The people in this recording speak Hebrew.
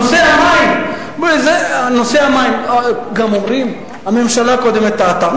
נושא המים, גם אומרים, הממשלה הקודמת טעתה.